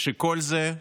שאת כל זה,